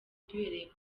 duhereye